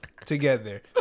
Together